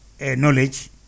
knowledge